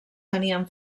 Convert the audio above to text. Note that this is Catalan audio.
tenien